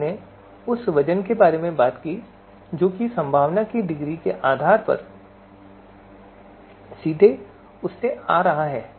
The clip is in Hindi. फिर हमने उस वजन के बारे में बात की जो उस संभावना की डिग्री के आधार पर सीधे उससे आ रहा है